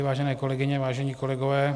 Vážené kolegyně, vážení kolegové.